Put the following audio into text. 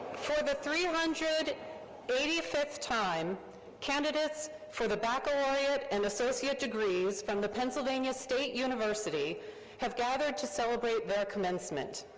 for the three hundred and eighty fifth time candidates for the baccalaureate and associate degrees from the pennsylvania state university have gathered to celebrate their commencement.